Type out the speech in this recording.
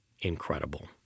incredible